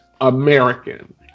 American